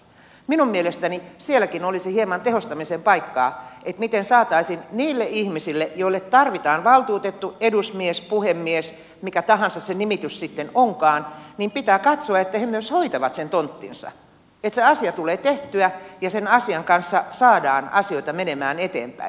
minun mielestäni sielläkin olisi hieman tehostamisen paikkaa miten saataisiin katsottua niiden ihmisten kohdalla joille tarvitaan valtuutettu edusmies puhemies mikä tahansa se nimitys sitten onkaan että nämä myös hoitavat sen tonttinsa että se asia tulee tehtyä ja sen asian kanssa saadaan asioita menemään eteenpäin